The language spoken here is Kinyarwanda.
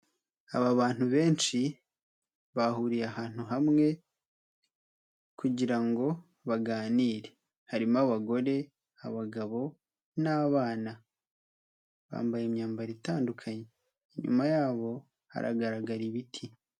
Aba bantu benshi bahuriye ahantu hamwe kugira ngo baganire. Harimo abagore, abagabo n'abana. Bambaye imyambaro itandukanye. Inyuma yabo haragaragara ibiti.